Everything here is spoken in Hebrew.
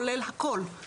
כולל הכל,